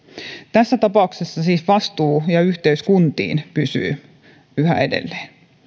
tässä tapauksessa siis vastuu ja yhteys kuntiin pysyy yhä edelleen